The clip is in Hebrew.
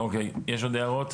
אוקיי, יש עוד הערות?